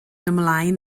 ymlaen